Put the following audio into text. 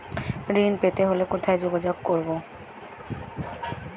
ঋণ পেতে হলে কোথায় যোগাযোগ করব?